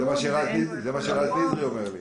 זה מה שאומר רז נזרי.